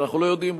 אנחנו לא יודעים,